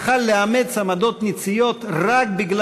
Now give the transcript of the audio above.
היה יכול לאמץ עמדות נציות רק מפני